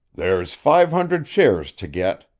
there's five hundred shares to get,